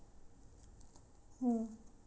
mm